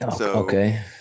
Okay